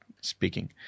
speaking